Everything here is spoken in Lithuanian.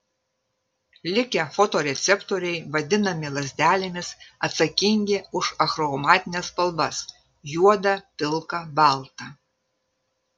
likę fotoreceptoriai vadinami lazdelėmis atsakingi už achromatines spalvas juodą pilką baltą